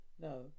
No